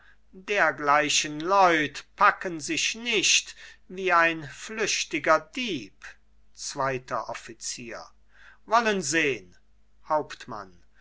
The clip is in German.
dergleichen leut packen sich nicht wie ein flüchtiger dieb zweiter offizier wollen sehn hauptmann